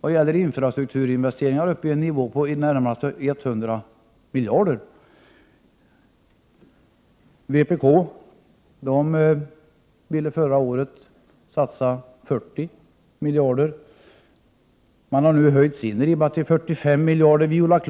vad gäller infrastrukturinvesteringar uppe i en nivå på ca 100 miljarder kronor. Vpk ville förra året satsa 40 miljarder kronor. Vpk har nu höjt sin ribba till 45 miljarder kronor.